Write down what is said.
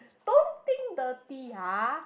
don't think dirty ah